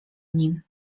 nim